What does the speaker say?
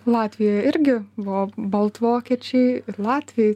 latvijoj irgi buvo baltvokiečiai ir latviai